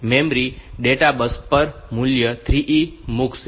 તેથી memory data bus પર મૂલ્ય 3E મૂકશે